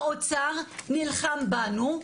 האוצר נלחם בנו.